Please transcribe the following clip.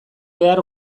behar